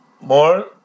more